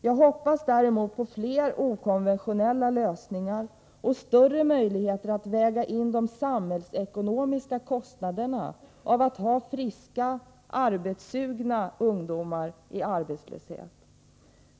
Jag hoppas däremot på flera okonventionella lösningar och större möjligheter att väga in de samhällsekonomiska kostnaderna av att ha friska, arbetssugna ungdomar i arbetslöshet.